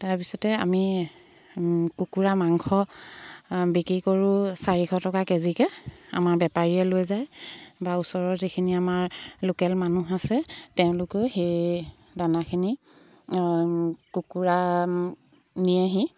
তাৰপিছতে আমি কুকুৰা মাংস বিক্ৰী কৰোঁ চাৰিশ টকা কেজিকৈ আমাৰ বেপাৰীয়ে লৈ যায় বা ওচৰৰ যিখিনি আমাৰ লোকেল মানুহ আছে তেওঁলোকেও সেই দানাখিনি কুকুৰা নিয়েহি